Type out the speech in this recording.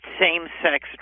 same-sex